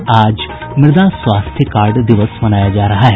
और आज मृदा स्वास्थ्य कार्ड दिवस मनाया जा रहा है